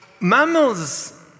mammals